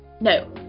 No